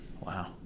Wow